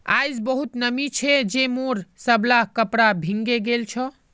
आइज बहुते नमी छै जे मोर सबला कपड़ा भींगे गेल छ